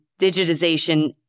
digitization